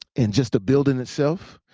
and just the building itself,